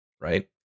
right